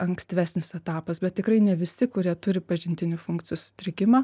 ankstyvesnis etapas bet tikrai ne visi kurie turi pažintinių funkcijų sutrikimą